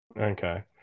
Okay